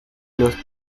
los